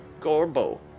gorbo